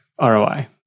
ROI